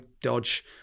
Dodge